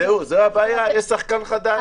אז זו הבעיה, יש שחקן חדש.